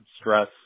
stress